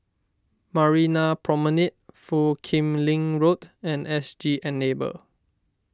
Marina Promenade Foo Kim Lin Road and S G Enable